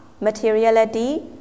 materiality